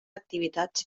activitats